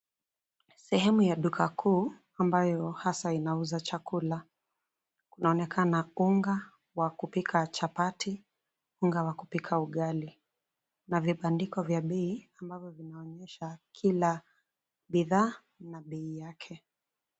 Sehemu ya duka kuu ambayo hasa inauza chakula, kunaonekana unga wa kupika chapati, unga wa kupika ugali na vibandiko vya bei ambavyo vinaonyesha kila bidhaa na bei yake.